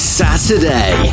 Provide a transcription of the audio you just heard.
saturday